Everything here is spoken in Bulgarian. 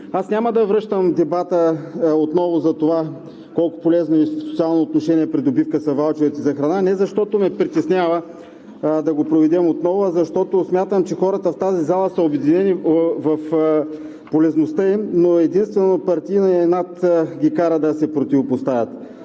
Няма да връщам дебата отново за това колко полезна в социално отношение придобивка са ваучерите за храна не защото ме притеснява да го проведем отново, а защото смятам, че хората в тази зала са убедени в полезността им, но единствено партийният инат ги кара да се противопоставят.